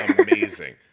amazing